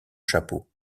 chapeau